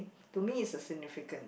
to me is a significance